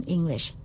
English